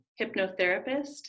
hypnotherapist